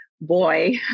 boy